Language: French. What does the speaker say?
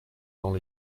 dans